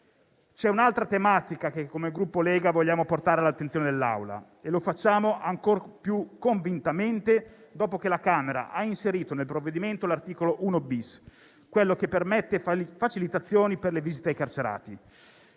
C'è un'altra tematica che, come Gruppo Lega, vogliamo portare all'attenzione dell'Assemblea e lo facciamo ancor più convintamente dopo che la Camera ha inserito nel provvedimento l'articolo 1-*bis*, che permette facilitazioni per le visite ai carcerati.